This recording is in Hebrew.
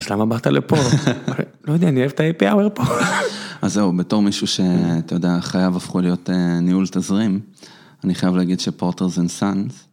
אז למה באת לפה? לא יודע, אני אוהב את האפי האור. אז זהו, בתור מישהו שאתה יודע, חייו הפכו להיות ניהול תזרים, אני חייב להגיד שפורטרס אנד סאנדס...